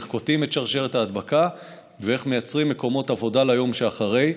איך קוטעים את שרשרת ההדבקה ואיך מייצרים מקומות עבודה ליום שאחרי,